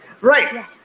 Right